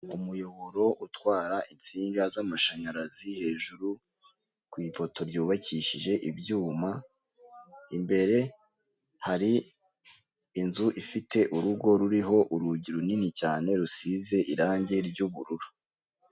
Umuyoboro utwara insinga z'amashanyarazi hejuru ku ipoto ryubakishije ibyuma imbere hari inzu ifite urugo ruriho urugi runini cyane rusize irangi ry'ubururu.